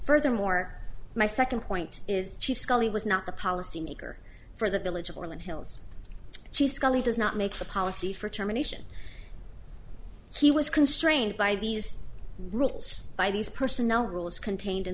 furthermore my second point is chief scully was not the policy maker for the village of arlen hill's she scully does not make policy for terminations he was constrained by these rules by these personnel rules contained in